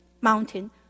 mountain